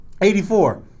84